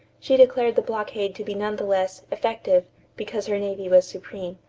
she declared the blockade to be none the less effective because her navy was supreme.